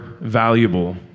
valuable